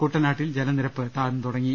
കുട്ടനാട്ടിൽ ജലനിരപ്പ് താഴ്ന്നുതുടങ്ങി